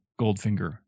Goldfinger